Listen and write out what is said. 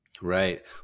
Right